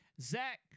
zach